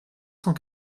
cent